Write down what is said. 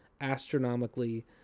astronomically